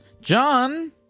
John